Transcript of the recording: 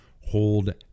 hold